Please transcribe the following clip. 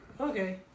Okay